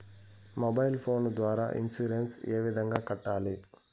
mobile phone ద్వారా insurance ఏ విధంగా కట్టాలి